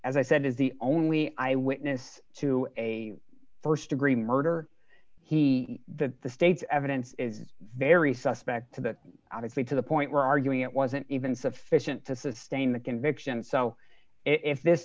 as i said is the only eyewitness to a st degree murder he that the state's evidence is very suspect to that obviously to the point where arguing it wasn't even sufficient to sustain the conviction so if this